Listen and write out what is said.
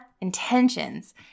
intentions